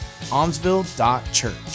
almsville.church